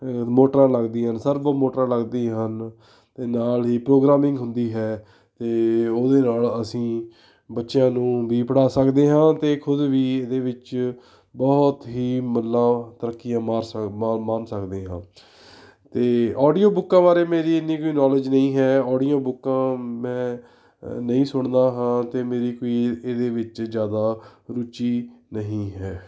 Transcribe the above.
ਮੋਟਰਾਂ ਲੱਗਦੀਆਂ ਹਨ ਸਰਬੋ ਮੋਟਰਾਂ ਲੱਗਦੀ ਹਨ ਅਤੇ ਨਾਲ ਹੀ ਪ੍ਰੋਗਰਾਮਿੰਗ ਹੁੰਦੀ ਹੈ ਅਤੇ ਉਹਦੇ ਨਾਲ ਅਸੀਂ ਬੱਚਿਆਂ ਨੂੰ ਵੀ ਪੜ੍ਹਾ ਸਕਦੇ ਹਾਂ ਅਤੇ ਖੁਦ ਵੀ ਇਹਦੇ ਵਿੱਚ ਬਹੁਤ ਹੀ ਮੱਲਾਂ ਤਰੱਕੀਆਂ ਮਾਰ ਸਕ ਮਾ ਮਾਣ ਸਕਦੇ ਹਾਂ ਅਤੇ ਆਡੀਓ ਬੁੱਕਾਂ ਬਾਰੇ ਮੇਰੀ ਇੰਨੀ ਕੋਈ ਨੌਲੇਜ ਨਹੀਂ ਹੈ ਆਡੀਓ ਬੁੱਕਾਂ ਮੈਂ ਨਹੀਂ ਸੁਣਦਾ ਹਾਂ ਅਤੇ ਮੇਰੀ ਕੋਈ ਇਹਦੇ ਵਿੱਚ ਜ਼ਿਆਦਾ ਰੁਚੀ ਨਹੀਂ ਹੈ